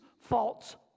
false